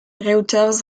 reuters